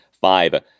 five